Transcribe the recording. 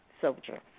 soldier